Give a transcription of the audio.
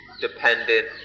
dependent